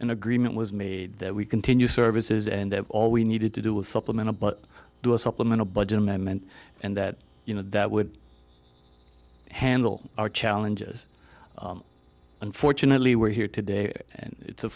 an agreement was made that we continue services and that all we needed to do was supplement a but do a supplemental budget amendment and that you know that would handle our challenges unfortunately we're here today and it's